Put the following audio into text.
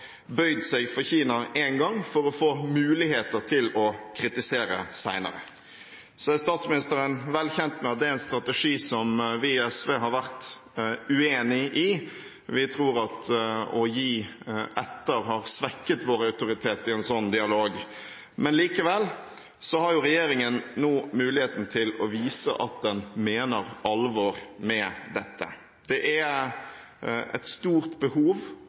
bøyd seg for Kina én gang for å få muligheter til å kritisere senere. Statsministeren er vel kjent med at det er en strategi som vi i SV har vært uenig i. Vi tror at å gi etter har svekket vår autoritet i en sånn dialog, men likevel har jo regjeringen nå muligheten til å vise at den mener alvor med dette. Det er et stort behov